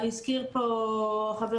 הזכיר פה חבר